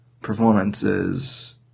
performances